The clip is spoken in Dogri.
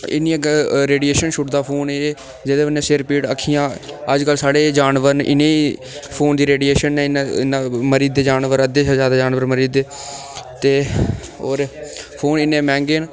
इन्नियां ग रेडिऐशन छुड़दा फोन जेह्दे कन्नै सिर पीड़ अक्खियां अजकल साढ़े जानवर न इ'ने ईं फोन दी रेडिऐशन नै इन्ना इन्ना मरी जंदे जानवर अद्धे शा जैदा जानवर मरी दे ते होर फोन इन्ने मैंह्गे न